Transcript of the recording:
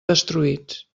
destruïts